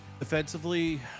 Offensively